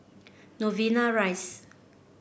Novena Rise